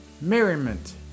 merriment